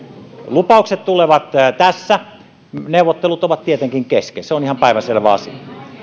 lupaukset tulevat tässä neuvottelut ovat tietenkin kesken se on ihan päivänselvä asia